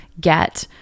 get